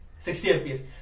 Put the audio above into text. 60fps